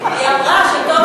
שלא תשלחו לה מעטפות.